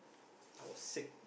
I was sick